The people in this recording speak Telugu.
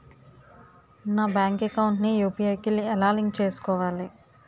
నా బ్యాంక్ అకౌంట్ ని యు.పి.ఐ కి ఎలా లింక్ చేసుకోవాలి?